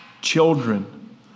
Children